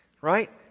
right